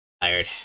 tired